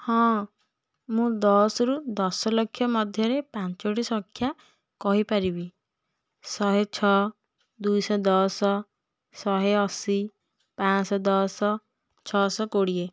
ହଁ ମୁଁ ଦଶରୁ ଦଶ ଲକ୍ଷ ମଧ୍ୟରେ ପାଞ୍ଚଟି ସଂଖ୍ୟା କହିପାରିବି ଶହେ ଛଅ ଦୁଇଶହ ଦଶ ଶହେ ଅଶୀ ପାଞ୍ଚଶହ ଦଶ ଛଅଶହ କୋଡ଼ିଏ